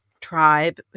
tribe